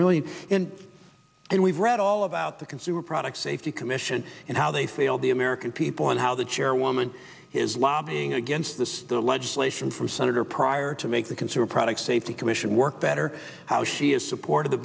really and we've read all about the consumer product safety commission and how they failed the american people and how the chairwoman is lobbying against this legislation from senator pryor to make the consumer products safety commission work better how she is support of the